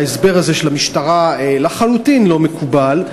שההסבר הזה של המשטרה לחלוטין לא מקובל.